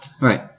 Right